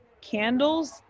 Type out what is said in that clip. candles